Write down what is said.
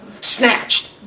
snatched